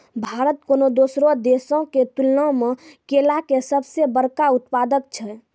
भारत कोनो दोसरो देशो के तुलना मे केला के सभ से बड़का उत्पादक छै